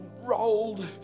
rolled